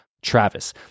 Travis